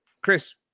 Chris